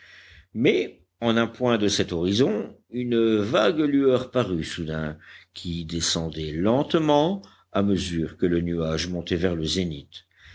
mais en un point de cet horizon une vague lueur parut soudain qui descendait lentement à mesure que le nuage montait vers le zénith